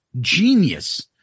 Genius